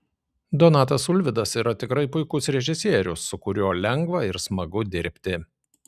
donatas ulvydas yra tikrai puikus režisierius su kuriuo lengva ir smagu dirbti